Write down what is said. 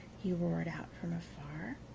he roared out from afar,